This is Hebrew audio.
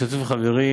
ובהשתתפות חברים,